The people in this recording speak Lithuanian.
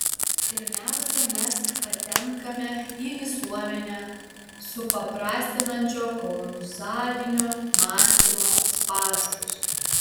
pirmiausia mes patenkame į visuomenę supaprastinančio kauzalinio mąstymo spąstus